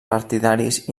partidaris